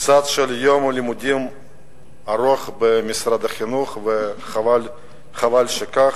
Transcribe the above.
קוצץ יום הלימודים הארוך במשרד החינוך, וחבל שכך.